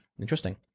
Interesting